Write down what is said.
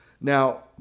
Now